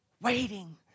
waiting